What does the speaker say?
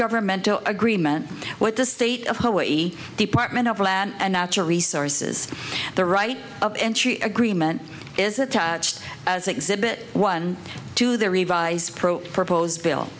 governmental agreement what the state of hawaii department of land and natural resources the right of entry agreement is attached as exhibit one to the revised